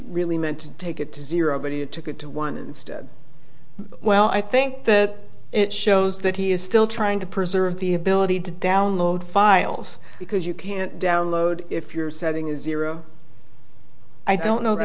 really meant to take it to zero but he took it to one instead well i think that it shows that he is still trying to preserve the ability to download files because you can't download if your setting is zero i don't know the